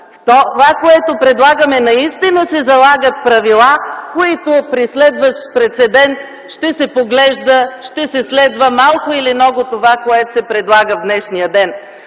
това, което предлагаме, наистина се залагат правила, които при следващ прецедент ще се поглеждат - ще се следват малко или много. Това, което се предлага в днешния ден,